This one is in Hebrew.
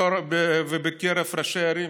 ובקרב ראשי ערים